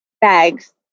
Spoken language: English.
bags